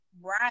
Right